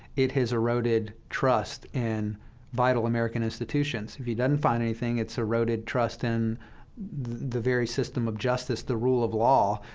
it has eroded trust in vital american institutions. if he doesn't find anything, it's eroded trust in the very system of justice, the rule of law,